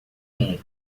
mundo